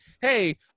hey